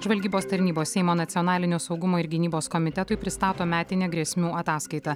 žvalgybos tarnybos seimo nacionalinio saugumo ir gynybos komitetui pristato metinę grėsmių ataskaitą